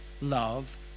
love